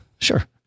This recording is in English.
sure